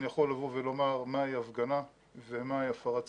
יכול לבוא ולומר מהי הפגנה ומהי הפרת סדר,